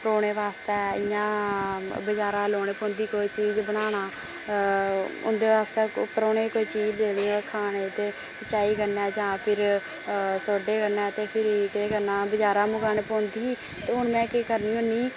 परौह्ने वास्ते इ'यां बजारा लेऔने पौंदी कोई चीज बनाना उं'दे वास्ते परौह्ने कोई चीज देनी होऐ खाने ते चाही कन्नै जां फिर सोड्डे कन्नै ते फिर केह् करना बजारा मंगोआनै पौंदी ही ते हून में केह् करनी होन्नी